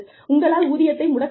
உங்களால் ஊதியத்தை முடக்க முடியும்